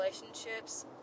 relationships